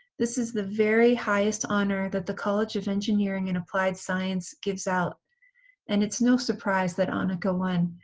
this is the very highest honor that the college of engineering and applied science gives out and it's no surprise that um annika won.